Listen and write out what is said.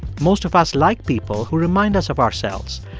most of us like people who remind us of ourselves,